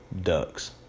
ducks